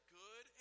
good